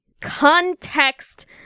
context